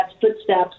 footsteps